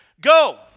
Go